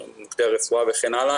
מוקדי הרפואה וכן הלאה,